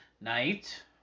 night